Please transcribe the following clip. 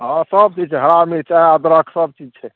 हाँ सभकिछु हरा मिरचाइ अदरक सभचीज छै